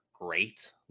great